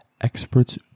experts